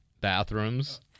bathrooms